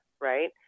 right